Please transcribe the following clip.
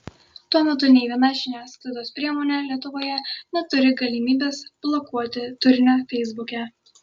tuo metu nei viena žiniasklaidos priemonė lietuvoje neturi galimybės blokuoti turinio feisbuke